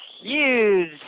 huge